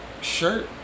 shirt